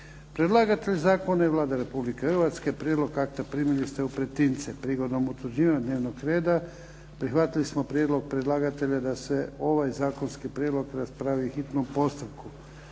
Predlagatelj zakona je Vlada Republike Hrvatske. Prijedlog akta primili ste u pretince. Prigodom utvrđivanja dnevnog reda prihvatili smo prijedlog predlagatelja da se ovaj zakonski prijedlog raspravi u hitnom postupku.